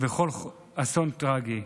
וכל אסון טרגי.